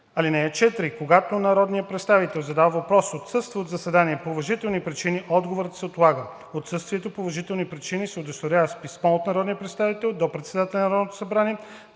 случаи. (4) Когато народният представител, задал въпроса, отсъства от заседанието по уважителни причини, отговорът се отлага. Отсъствието по уважителни причини се удостоверява с писмо от народния представител до председателя на Народното събрание